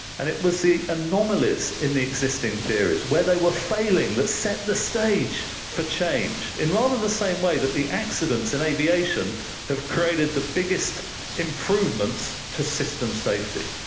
and it was the anomalies in the existing theories, where they were failing, that set the stage for change in rather the same way that the accidents in aviation have created the biggest improvements to system safety.